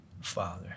father